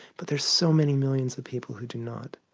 but there's so many millions of people who do not,